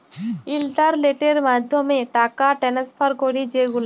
ইলটারলেটের মাধ্যমে টাকা টেনেসফার ক্যরি যে গুলা